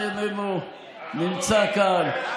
שאינו נמצא כאן,